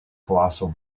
colossal